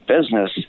business